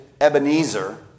Ebenezer